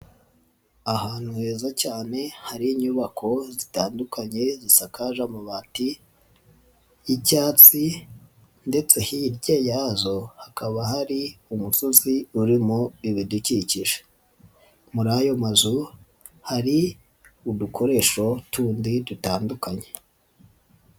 Ahantu heza cyane hari inyubako zitandukanye zisakaje amabati y'icyatsi ndetse hirya yazo hakaba hari umusozi urimo ibidukikije, muri ayo mazu hari udukoresho tundi dutandukanye.